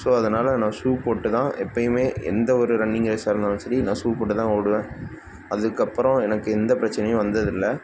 so அதனால் நான் shoe போட்டு தான் எப்பயுமே எந்த ஒரு ரன்னிங் ரேஸ்ஸாக இருந்தாலும் சரி நான் ஷூ போட்டு தான் ஓடுவேன் அதுக்கப்புறம் எனக்கு எந்த பிரச்சினையும் வந்ததில்லை